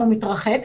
הוא מתרחק,